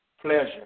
pleasure